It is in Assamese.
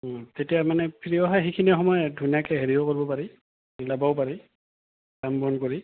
তেতিয়া মানে প্ৰিয় হয় সেইখিনি সময়ত ধুনীয়াকৈ হেৰিও কৰিব পাৰি ওলাবও পাৰি কাম বন কৰি